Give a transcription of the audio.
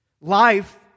Life